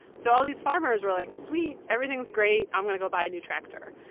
so all these farmers were like, sweet. everything's great. i'm going to go buy a new tractor.